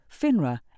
FINRA